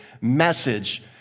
message